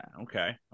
Okay